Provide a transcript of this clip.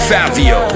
Fabio